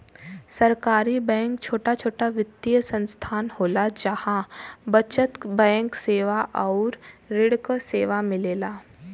सहकारी बैंक छोट छोट वित्तीय संस्थान होला जहा बचत बैंक सेवा आउर ऋण क सेवा मिलेला